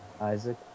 Isaac